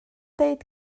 dweud